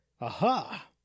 Aha